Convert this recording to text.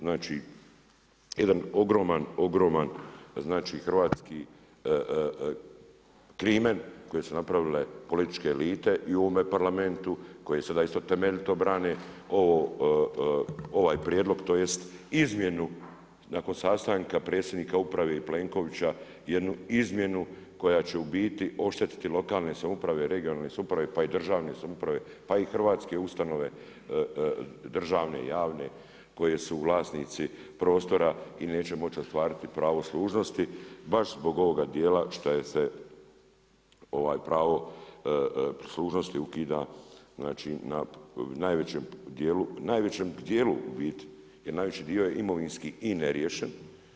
Znači jedan ogroman hrvatski krimen koji su napravile političke elite i u ovome Parlamentu koji sada isto temeljito brane ovaj prijedlog, tj. izmjenu nakon sastanka predsjednika uprave i Plenkovića jednu izmjenu koja će u biti oštetiti lokalne samouprave i regionalne samouprave, pa i državne samouprave pa i hrvatske ustanove, državne, javne koje su vlasnici prostora i neće moći otvarati pravo služnosti baš zbog ovoga dijela šta joj se pravo služnosti ukida, znači na najvećem dijelu, najvećem dijelu u biti, jer najveći dio je imovinski i ne riješen.